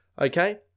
Okay